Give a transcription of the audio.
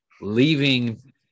leaving